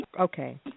okay